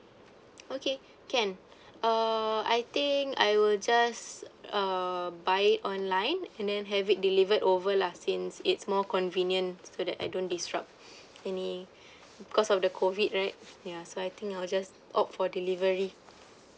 okay can uh I think I will just um buy it online and then have it delivered over lah since it's more convenient so that I don't disrupt any because of the COVID right ya so I think I'll just opt for delivery